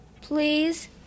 Please